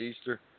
Easter